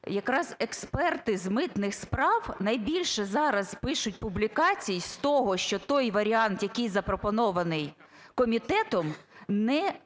якраз експерти з митних справ найбільше зараз пишуть публікацій з того, що той варіант, який запропонований комітетом, не можна